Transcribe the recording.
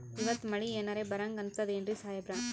ಇವತ್ತ ಮಳಿ ಎನರೆ ಬರಹಂಗ ಅನಿಸ್ತದೆನ್ರಿ ಸಾಹೇಬರ?